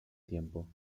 tiempo